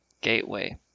gateway